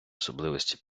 особливості